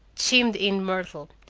chimed in myrtle.